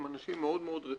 הם אנשים מאוד מאוד רציניים,